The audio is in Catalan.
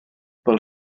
pel